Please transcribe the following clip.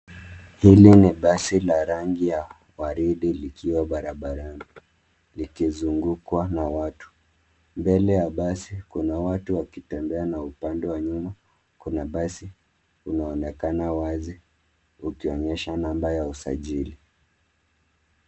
Hili ni basi la rangi ya waridi likiwa barabarani. Likizungukwa na watu. Mbele ya basi kuna watu wakitembea na upande wa nyuma kuna basi unaonekana wazi ukionyesha namba ya usajili.